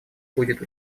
будет